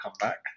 comeback